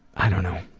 i don't know.